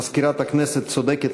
מזכירת הכנסת צודקת,